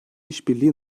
işbirliği